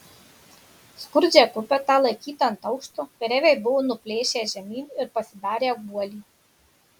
skurdžią kupetą laikytą ant aukšto kareiviai buvo nuplėšę žemyn ir pasidarę guolį